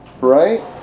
right